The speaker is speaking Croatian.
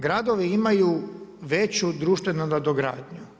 Gradovi imaju veću društvenu nadogradnju.